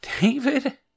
David